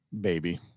Baby